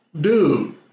dude